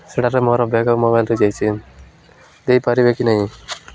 ସେଇଟାରେ ମୋର ବ୍ୟାଗ୍ ଆଉ ମୋବାଇଲ୍ ରହିଯାଇଛି ଦେଇପାରିବେ କି ନାହିଁ